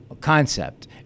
concept